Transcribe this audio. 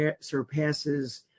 surpasses